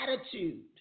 attitude